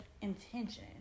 intention